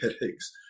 headaches